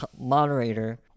moderator